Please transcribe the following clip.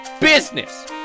business